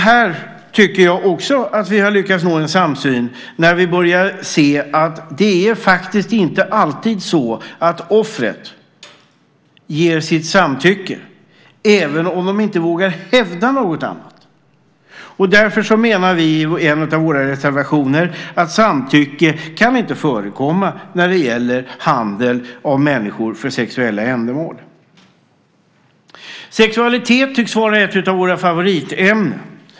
Här tycker jag också att vi har lyckats nå en samsyn när vi börjat se att det faktiskt inte alltid är så att offren ger sitt samtycke även om de inte vågar hävda något annat. Därför menar vi i en av våra reservationer att samtycke inte kan förekomma när det gäller handel med människor för sexuella ändamål. Sexualitet tycks vara ett av våra favoritämnen.